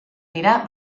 dira